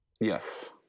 Yes